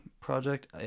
project